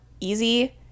easy